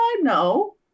no